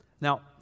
Now